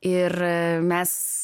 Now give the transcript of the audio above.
ir mes